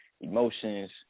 emotions